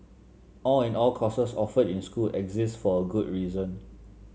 all in all courses offered in school exist for a good reason